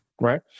right